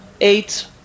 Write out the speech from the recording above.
eight